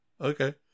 Okay